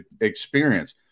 experience